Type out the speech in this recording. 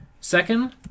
Second